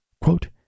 Quote